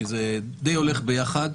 כי זה די הולך ביחד.